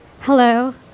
Hello